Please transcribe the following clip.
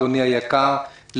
אדוני היקר,